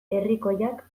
herrikoiak